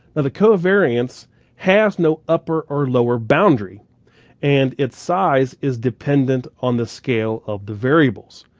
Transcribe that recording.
ah the covariance has no upper or lower boundary and its size is dependent on the scale of the variables.